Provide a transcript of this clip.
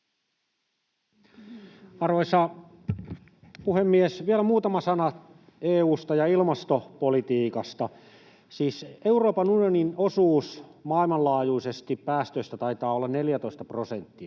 Arvoisa puhemies! Vielä muutama sana EU:sta ja ilmastopolitiikasta. Siis Euroopan unionin osuus maailmanlaajuisesti päästöistä taitaa olla 14 prosenttia